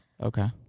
Okay